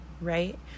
right